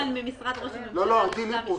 ממשרד ראש הממשלה, מן הלשכה המשפטית,